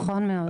נכון מאוד.